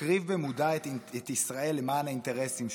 מקריב במודע את ישראל למען האינטרסים שלך.